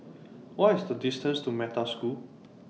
What IS The distance to Metta School